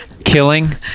killing